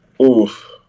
Oof